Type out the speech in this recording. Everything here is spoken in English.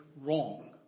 wrong